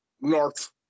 North